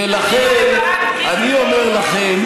ולכן אני אומר לכם